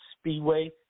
Speedway